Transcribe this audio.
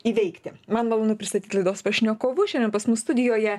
įveikti man malonu pristatyt laidos pašnekovus šiandien pas mus studijoje